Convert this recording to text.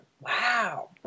Wow